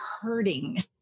hurting